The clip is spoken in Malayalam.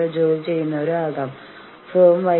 നിങ്ങൾ ഫ്ലിപ്പുചെയ്യുന്ന ആ നിമിഷം